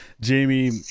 Jamie